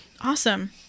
Awesome